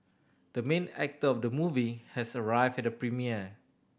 the main actor of the movie has arrived at the premiere